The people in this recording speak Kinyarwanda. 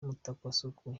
mutakwasuku